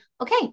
okay